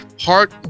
Heart